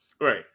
Right